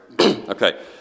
Okay